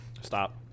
Stop